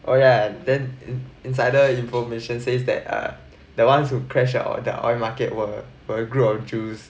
oh ya then in insider information says that err the ones who crashed out of the oil market were grow of jews